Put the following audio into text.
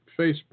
Facebook